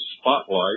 Spotlight